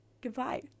Goodbye